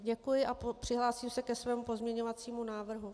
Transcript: Děkuji a přihlásím se ke svému pozměňovacímu návrhu.